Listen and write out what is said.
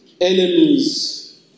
enemies